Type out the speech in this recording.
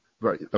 Right